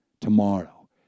tomorrow